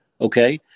okay